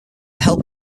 help